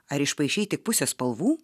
ar išpaišei tik pusę spalvų